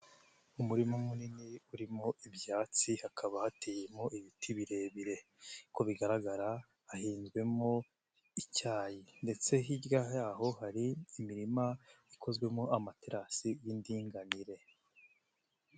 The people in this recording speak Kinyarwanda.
Umurima munini urimo ibyatsi hakaba hateyemo ibiti birebire, ko bigaragara hahinzwemo icyayi ndetse hirya y'aho hari imirima ikozwemo amaterasi y'indinganire.